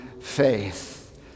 faith